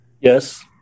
Yes